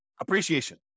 appreciation